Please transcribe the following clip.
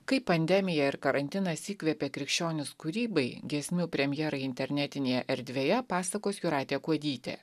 kaip pandemija ir karantinas įkvėpė krikščionis kūrybai giesmių premjerai internetinėje erdvėje pasakos jūratė kuodytė